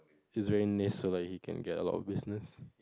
is very niche so like you can get a lot of business